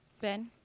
Ben